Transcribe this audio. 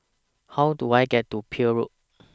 How Do I get to Peel Road